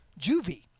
juvie